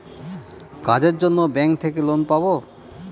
কাজের জন্য ব্যাঙ্ক থেকে লোন পাবো